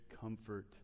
comfort